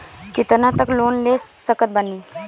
कितना तक लोन ले सकत बानी?